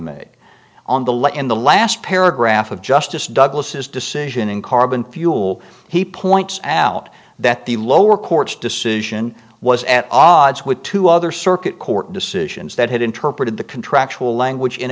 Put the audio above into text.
make on the left in the last paragraph of justice douglas's decision in carbon fuel he points out that the lower court's decision was at odds with two other circuit court decisions that had interpreted the contractual language in